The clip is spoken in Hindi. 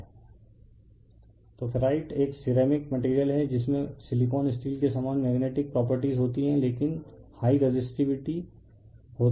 रिफर स्लाइड टाइम 1953 तो फेराइट एक सिरेमिक मटेरियल है जिसमें सिलिकॉन स्टील के समान मेग्नेटिक प्रॉपर्टीस होती हैं लेकिन हाई रेसिस्टीवीटी होती है